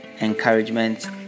encouragement